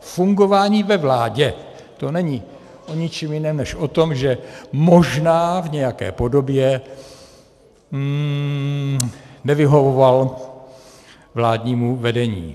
Fungování ve vládě to není o ničem jiném než o tom, že možná v nějaké podobě nevyhovoval vládnímu vedení.